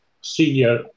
senior